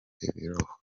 ibirohwa